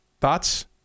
Thoughts